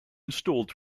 installed